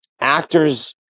actors